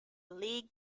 league